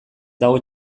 dago